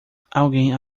alguém